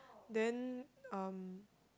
then um